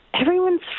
Everyone's